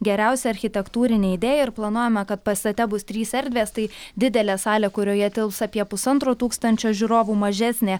geriausia architektūrinė idėja ir planuojama kad pastate bus trys erdvės tai didelė salė kurioje tilps apie pusantro tūkstančio žiūrovų mažesnė